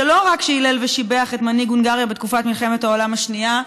שלא רק שהילל ושיבח את מנהיג הונגריה בתקופת מלחמת העולם השנייה,